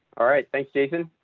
alright, thanks, david.